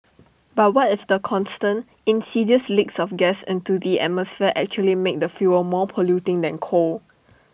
but what if the constant insidious leaks of gas into the atmosphere actually make the fuel more polluting than coal